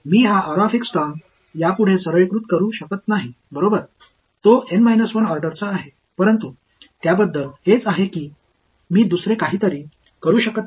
मी हा टर्म यापुढे सरलीकृत करू शकत नाही बरोबर तो एन 1 ऑर्डरचा आहे परंतु त्याबद्दल हेच आहे मी दुसरे काहीही करू शकत नाही